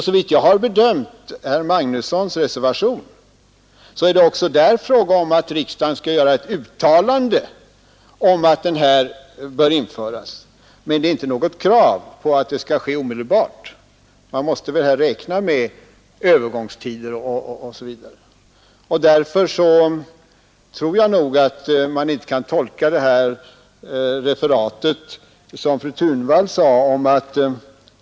Såvitt jag förstår är det också i reservationen av herr Magnusson i Kristinehamn fråga om att riksdagen skall göra ett uttalande om att en ny maximigräns bör införas, men den innebär inte något krav på att detta skall ske omedelbart. Man måste väl här räkna med övergångstider osv. Jag tror alltså inte att man kan tolka mitt referat som fru Thunvall gjorde.